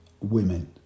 women